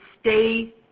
stay